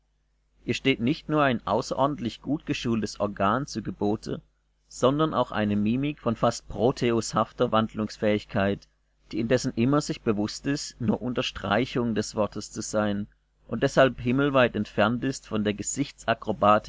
ihr steht nicht nur ein außerordentlich gutgeschultes organ zu gebote sondern auch eine mimik von fast proteushafter wandlungsfähigkeit die indessen immer sich bewußt ist nur unterstreichung des wortes zu sein und deshalb himmelweit entfernt ist von der